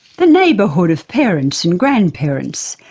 the neighbourhood of parents and grandparents,